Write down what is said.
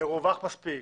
מרווח מספיק,